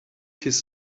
his